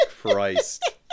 Christ